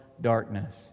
darkness